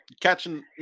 catching